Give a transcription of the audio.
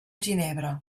ginebra